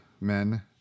men